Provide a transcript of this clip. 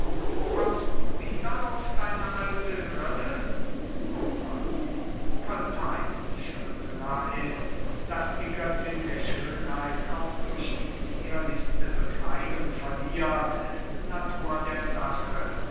kommst du wieder auf deine alte grille skopas verzeih schöne lais daß die göttin der schönheit auch durch die zierlichste bekleidung verliert ist natur der sache